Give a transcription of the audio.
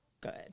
good